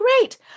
Great